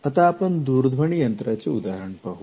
आता आपण दूरध्वनी यंत्राचे उदाहरण पाहू